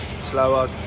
slower